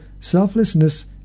selflessness